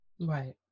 Right